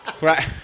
right